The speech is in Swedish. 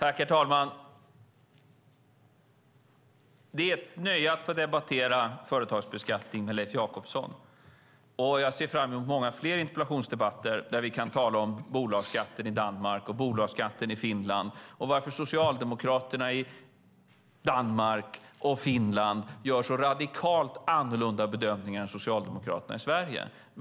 Herr talman! Det är ett nöje att få debattera företagsbeskattning med Leif Jakobsson, och jag ser fram emot många fler interpellationsdebatter där vi kan tala om bolagsskatten i Danmark och bolagsskatten i Finland och varför socialdemokraterna i Danmark och i Finland gör så radikalt annorlunda bedömningar än socialdemokraterna i Sverige.